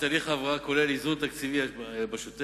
תהליך ההבראה כולל איזון תקציבי בשוטף,